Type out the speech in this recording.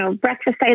breakfast